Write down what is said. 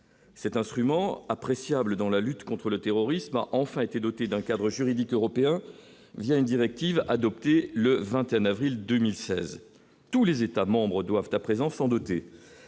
cet instrument appréciable dans la lutte contre le terrorisme, a enfin été dotés d'un cadre juridique européen via une directive adoptée le 21 avril 2016 tous les États-membres doivent à présent dotés